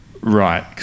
Right